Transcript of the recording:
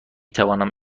توانم